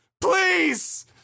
Please